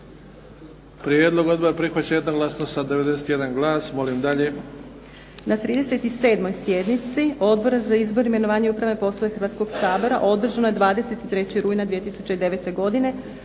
Prijedlog odbora prihvaćen je jednoglasno sa 91 glas. Molim dalje.